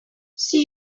see